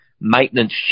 maintenance